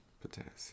potassium